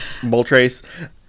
Moltres